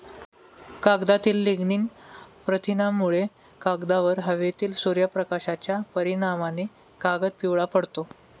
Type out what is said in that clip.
कागदातील लिग्निन प्रथिनांमुळे, कागदावर हवेतील सूर्यप्रकाशाच्या परिणामाने कागद पिवळा पडतो